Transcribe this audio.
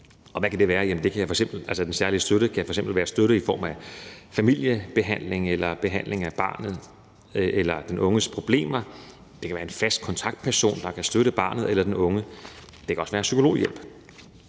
eller den unge. Den særlige støtte kan f.eks. være støtte i form af familiebehandling eller behandling af barnets eller den unges problemer; det kan være en fast kontaktperson, der kan støtte barnet eller den unge; det kan også være psykologhjælp.